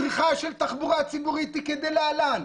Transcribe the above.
צריכה של תחבורה ציבורית היא כדלהלן: